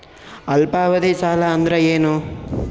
ಅಲ್ಪಾವಧಿ ಸಾಲ ಅಂದ್ರ ಏನು?